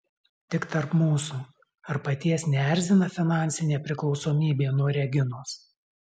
tik tarp mūsų ar paties neerzina finansinė priklausomybė nuo reginos